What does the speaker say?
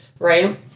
Right